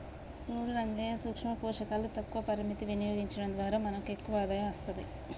సూడు రంగయ్యా సూక్ష పోషకాలు తక్కువ పరిమితం వినియోగించడం ద్వారా మనకు ఎక్కువ ఆదాయం అస్తది